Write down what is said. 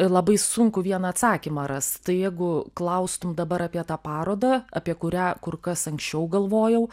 labai sunku vieną atsakymą rast tai jeigu klaustum dabar apie tą parodą apie kurią kur kas anksčiau galvojau